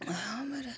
वहाँ हमारा